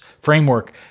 framework